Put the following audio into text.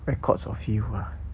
records of youth ah